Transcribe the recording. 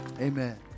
Amen